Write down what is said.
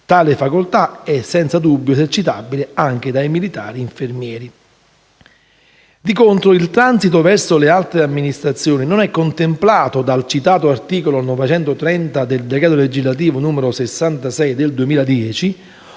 tale facoltà è senza dubbio esercitabile anche dai militari infermieri. Di contro, il transito verso altre amministrazioni non è contemplato dal citato articolo 930 del decreto legislativo n. 66 del 2010,